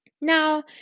Now